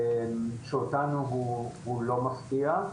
שאותנו הוא לא מפתיע,